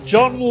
John